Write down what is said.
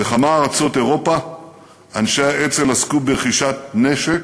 בכמה ארצות אירופה אנשי האצ"ל עסקו ברכישת נשק